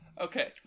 Okay